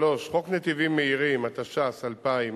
3. חוק נתיבים מהירים, התש"ס 2000,